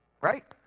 Right